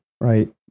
right